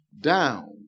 down